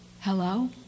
Hello